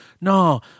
no